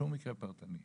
שום מקרה פרטני,